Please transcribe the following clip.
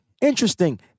Interesting